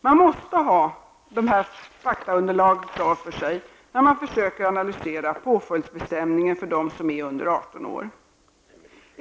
Man måste ha detta faktaunderlag klart för sig när man försöker analysera påföljdsbestämningen för dem som är under 18 år.